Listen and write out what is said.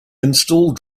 install